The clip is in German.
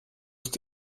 ist